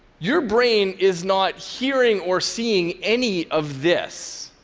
your brain is not hearing or seeing any of this.